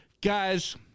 Guys